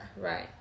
Right